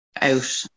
out